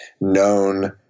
known